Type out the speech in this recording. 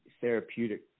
therapeutic